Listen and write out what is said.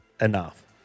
enough